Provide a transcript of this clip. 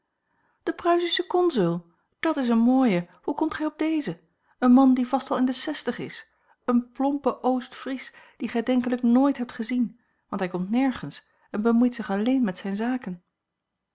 de pruisische consul dat is een mooie hoe komt gij op dezen een man die vast al in de zestig is een plompe oostfries dien gij denkelijk nooit hebt gezien want hij komt nergens en bemoeit zich alleen met zijne zaken